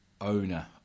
owner